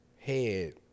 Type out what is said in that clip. head